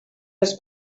els